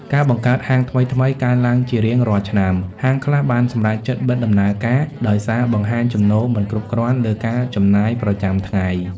ការបង្កើតហាងថ្មីៗកើនឡើងជារៀងរាល់ឆ្នាំ ហាងខ្លះបានសម្រេចចិត្តបិទដំណើរការដោយសារបង្ហាញចំណូលមិនគ្រប់គ្រាន់លើការចំណាយប្រចាំថ្ងៃ។